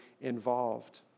involved